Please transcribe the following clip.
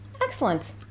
excellent